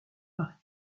paris